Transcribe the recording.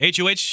HOH